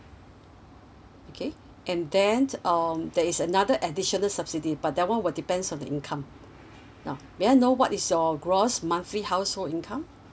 okay um there is another additional subsidy but that one will depends on the income now may I know what is your gross monthly household income